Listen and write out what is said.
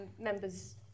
members